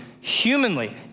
humanly